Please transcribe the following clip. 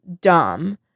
dumb